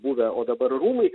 buvę o dabar rūmai